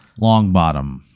Longbottom